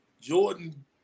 Jordan